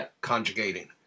conjugating